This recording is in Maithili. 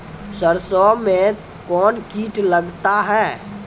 सरसों मे कौन कीट लगता हैं?